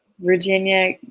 Virginia